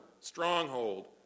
stronghold